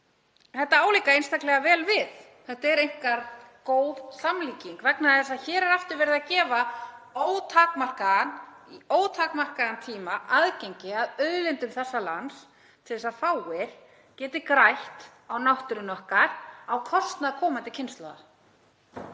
þetta á líka einstaklega vel við. Þetta er einkar góð samlíking vegna þess að hér er aftur verið að gefa í ótakmarkaðan tíma aðgengi að auðlindum þessa lands til þess að fáir geti grætt á náttúrunni okkar á kostnað komandi kynslóða.